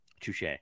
Touche